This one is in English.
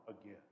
again